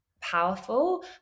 powerful